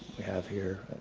we have here,